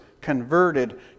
converted